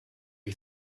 you